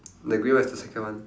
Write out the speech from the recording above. the green one is the second one